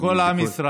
לכל עם ישראל.